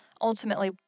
ultimately